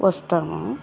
వస్తాము